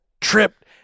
tripped